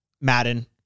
Madden